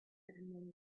then